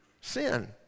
sin